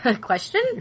Question